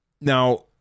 Now